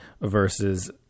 versus